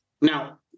Now